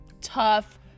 tough